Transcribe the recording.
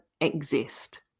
exist